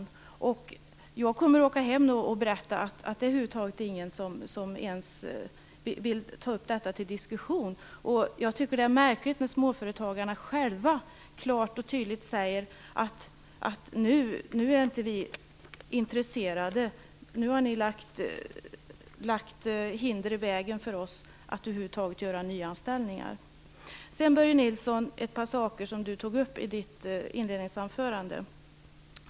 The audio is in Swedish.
Nu kommer jag att åka hem och berätta att det inte är någon som överhuvudtaget vill ta upp detta till diskussion. Det är märkligt, när nu småföretagarna själva klart och tydligt säger att de inte är intresserade längre och att vi har lagt hinder i vägen för dem att göra nyanställningar. Jag vill kommentera ett par saker som Börje Nilsson tog upp i sitt inledningsanförande.